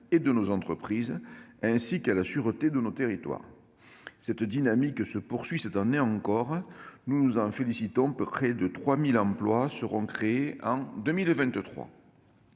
et de nos entreprises, ainsi qu'à la sûreté de nos territoires. Cette dynamique se poursuit cette année encore, et nous nous en félicitons. Ainsi, près de 3 000 emplois seront créés en 2023.